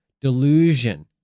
delusion